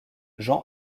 jean